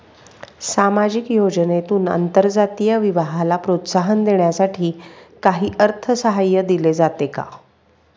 सामाजिक योजनेतून आंतरजातीय विवाहाला प्रोत्साहन देण्यासाठी काही अर्थसहाय्य दिले जाते का?